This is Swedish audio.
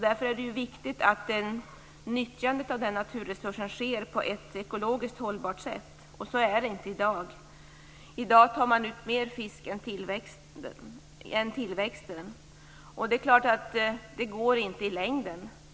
Därför är det viktigt att nyttjandet av denna naturresurs sker på ett ekologiskt hållbart sätt. Så är det inte i dag. I dag tar man ut mer fisk än tillväxten ger. Det går förstås inte i längden.